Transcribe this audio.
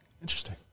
Interesting